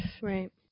right